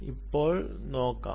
നമുക്ക് ഇപ്പോൾ നോക്കാം